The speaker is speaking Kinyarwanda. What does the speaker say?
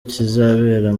kizabera